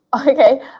okay